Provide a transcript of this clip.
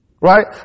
Right